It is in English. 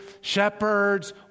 shepherds